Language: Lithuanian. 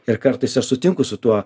ir kartais aš sutinku su tuo